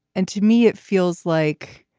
and to me it feels like.